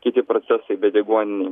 kiti procesai bedeguoniniai